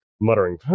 muttering